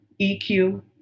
EQ